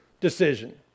decision